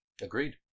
Agreed